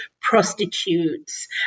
prostitutes